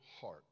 heart